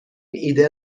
ایده